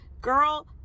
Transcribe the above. girl